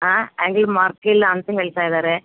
ಹಾಂ ಅಂಗಡಿ ಮಾರ್ಕ್ ಇಲ್ಲ ಅಂತ ಹೇಳ್ತಯಿದ್ದಾರೆ